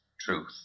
truth